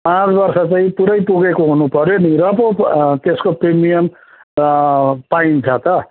पाँच वर्ष चाहिँ पुरै पुगेको हुनुपऱ्यो नि र पो त्यसको प्रिमियम पाइन्छ त